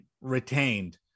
retained